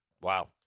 Wow